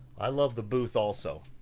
i love the booth also.